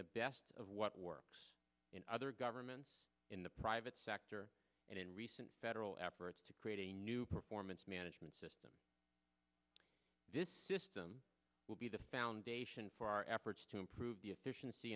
the best of what works in other governments in the private sector and in recent federal efforts to create a new performance management system this system will be the foundation for our efforts to improve the efficiency